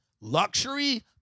luxury